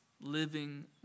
living